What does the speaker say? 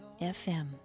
FM